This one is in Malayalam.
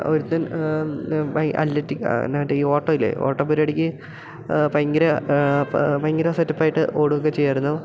ഒരുത്തൻ ബൈ അല്ലറ്റി എന്ന മറ്റേ ഈ ഓട്ടമില്ലേ ഓട്ടം പരിപാടിക്ക് ഭയങ്കര ഭയങ്കര സെറ്റപ്പായിട്ട് ഓടുകയൊക്കെ ചെയ്യുമായിരുന്നു